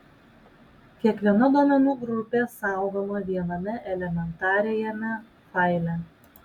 kiekviena duomenų grupė saugoma viename elementariajame faile